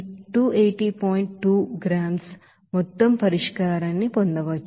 2 గ్రాముల మొత్తం పరిష్కారాన్ని పొందవచ్చు